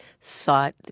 thought